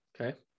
Okay